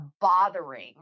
bothering